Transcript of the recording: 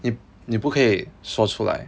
你你不可以说出来